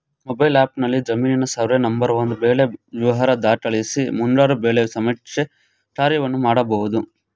mobile ಆ್ಯಪ್ನಲ್ಲಿ ಜಮೀನಿನ survey ನಂಬರ್ವಾರು ಬೆಳೆ ವಿವರ ದಾಖಲಿಸಿ ಮುಂಗಾರು ಬೆಳೆ ಸಮೀಕ್ಷೆ ಕಾರ್ಯವನ್ನು ಮಾಡ್ಬೋದು